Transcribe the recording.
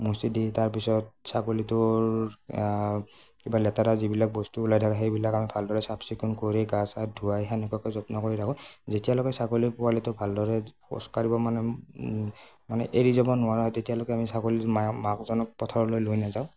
মুচি দি তাৰপিছত ছাগলীটোৰ কিবা লেতেৰা যিবিলাক বস্তু ওলাই থাকে সেইবিলাক আমি ভালদৰে চাফ চিকুণ কৰি গা চা ধুৱাই সেনেকুৱাকৈ যত্ন কৰি ৰাখোঁ যেতিয়ালৈকে ছাগলী পোৱালিটো ভালদৰে খোজ কাঢ়িব মানে মানে এৰি যাব নোৱাৰা হয় তেতিয়ালৈকে আমি ছাগলী মাকজনীক পথাৰলৈ লৈ নাযাওঁ